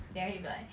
then it'll be like